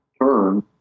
turn